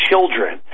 children